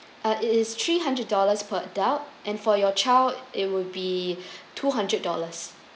uh it is three hundred dollars per adult and for your child it would be two hundred dollars